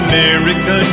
America